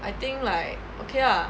I think like okay lah